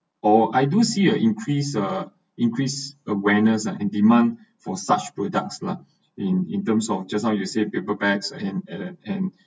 or I do see a increased uh increase awareness and demand for such products lah in in terms of just now you said paper bags and and and